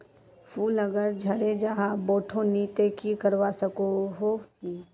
फूल अगर झरे जहा बोठो नी ते की करवा सकोहो ही?